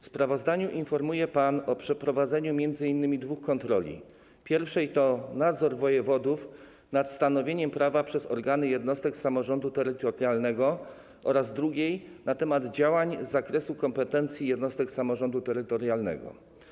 W sprawozdaniu informuje pan o przeprowadzeniu m.in. dwóch kontroli: pierwszej - nadzoru wojewodów nad stanowieniem prawa przez organy jednostek samorządu terytorialnego, a także drugiej - na temat działań z zakresu kompetencji jednostek samorządu terytorialnego.